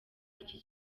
iki